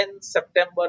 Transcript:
September